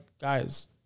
guys